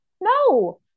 no